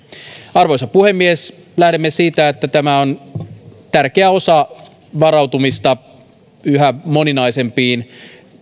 arvoisa puhemies lähdemme siitä että tämä on tärkeä osa varautumista yhä moninaisempiin